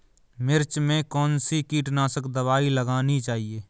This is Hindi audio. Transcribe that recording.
मिर्च में कौन सी कीटनाशक दबाई लगानी चाहिए?